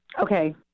Okay